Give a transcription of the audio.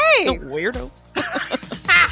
weirdo